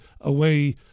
away